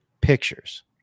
pictures